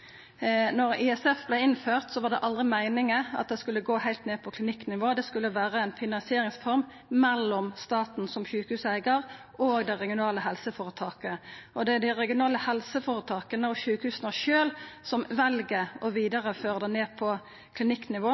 ISF vart innført, var det aldri meininga at det skulle gå heilt ned på klinikknivå. Det skulle vera ei finansieringsform mellom staten som sjukehuseigar og det regionale helseføretaket. Det er dei regionale helseføretaka og sjukehusa sjølve som vel å vidareføra det ned på klinikknivå.